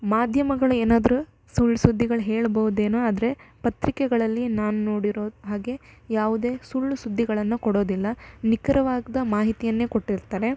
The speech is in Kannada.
ಮಾಧ್ಯಮಗಳು ಏನಾದರು ಸುಳ್ಳು ಸುದ್ದಿಗಳು ಹೇಳ್ಬೌದೇನೋ ಆದರೆ ಪತ್ರಿಕೆಗಳಲ್ಲಿ ನಾನು ನೋಡಿರೋ ಹಾಗೆ ಯಾವುದೇ ಸುಳ್ಳು ಸುದ್ದಿಗಳನ್ನು ಕೊಡೋದಿಲ್ಲ ನಿಖರವಾದ ಮಾಹಿತಿಯನ್ನೇ ಕೊಟ್ಟಿರ್ತಾರೆ